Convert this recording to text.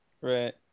Right